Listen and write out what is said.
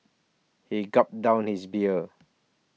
he gulped down his beer